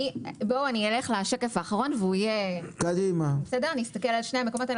אלך לשקף האחרון, נסתכל על שני מקומות.